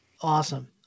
awesome